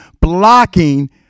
blocking